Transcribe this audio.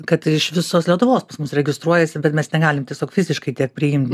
kad iš visos lietuvos pas mus registruojasi bet mes negalim tiesiog fiziškai tiek priimt